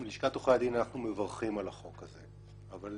מלשכת עורכי הדין אנחנו מברכים על החוק הזה, אבל